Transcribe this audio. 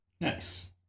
Nice